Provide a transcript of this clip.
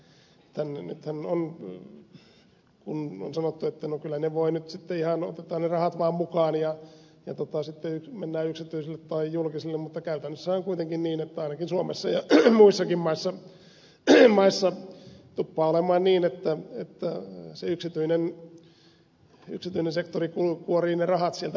nythän on sanottu että no kyllä voi nyt sitten ihan ottaa ne rahat vaan mukaan ja sitten mennään yksityiselle tai julkiselle mutta käytännössä on kuitenkin niin että ainakin suomessa ja muissakin maissa tuppaa olemaan niin että se yksityinen sektori kuorii ne rahat sieltä bulkkiterveydenhuollosta